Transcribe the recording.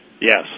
Yes